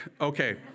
okay